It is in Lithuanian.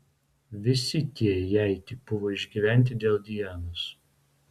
visi tie jei tik buvo išgyventi dėl dianos